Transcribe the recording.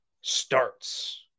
starts